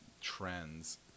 trends